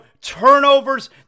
turnovers